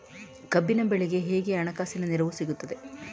ಕಬ್ಬಿನ ಬೆಳೆಗೆ ಹೇಗೆ ಹಣಕಾಸಿನ ನೆರವು ಸಿಗುತ್ತದೆ?